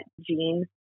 gene